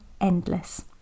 endless